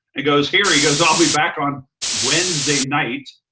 he goes, here. he goes, i'll be back on wednesday night.